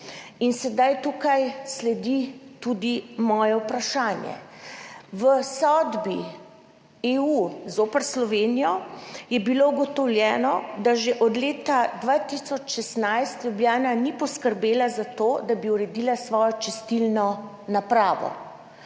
Sedaj tukaj sledi tudi moje vprašanje. V sodbi EU zoper Slovenijo je bilo ugotovljeno, da že od leta 2016 Ljubljana ni poskrbela za to, da bi uredila svojo čistilno napravo.